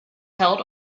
held